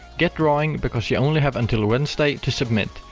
get drawing because you only have until wednesday to submit!